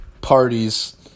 Parties